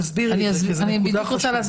תסבירי, כי זאת נקודה חשובה.